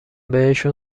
بهشون